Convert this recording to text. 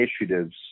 initiatives